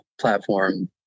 platform